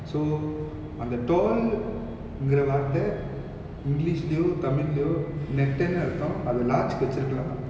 so அந்த:antha tall ங்குற வார்த்தை:ngura varthai english லையோ:layo tamil லையோ நெட்டன்னு அர்த்தம் அது:layo nettannu artham athu large க்கு வச்சு இருக்கலாம்:kku vachu irukkalam